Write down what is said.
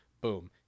boom